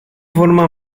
forma